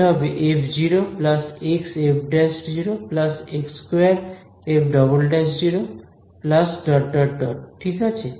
এটা হবে f xf ′ x2f ′′ ঠিক আছে